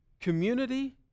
Community